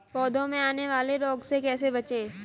पौधों में आने वाले रोग से कैसे बचें?